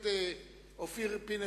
בקריאה טרומית,